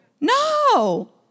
No